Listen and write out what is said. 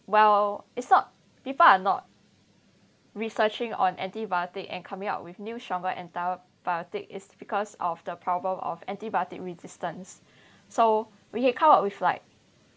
well it's not people are not researching on antibiotic and coming up with new stronger antibiotic is because of the problem of antibiotic resistance so we had come up with like